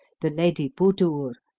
the lady budur,